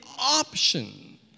option